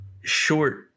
short